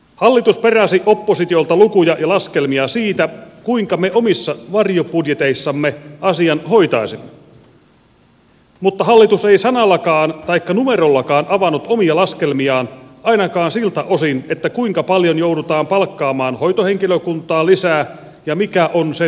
hallitus peräsi oppositiolta lukuja ja laskelmia siitä kuinka me omissa varjobudjeteissamme asian hoitaisimme mutta hallitus ei sanallakaan taikka numerollakaan avannut omia laskelmiaan ainakaan siltä osin kuinka paljon joudutaan palkkaamaan hoitohenkilökuntaa lisää ja mikä on sen kustannusvaikutus